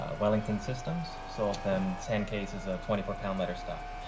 ah wellington systems, sold them ten cases of twenty four pound letter stock.